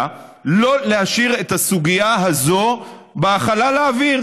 שלא להשאיר את הסוגיה הזאת בחלל האוויר,